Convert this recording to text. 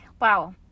Wow